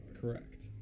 Correct